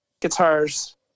guitars